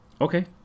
Okay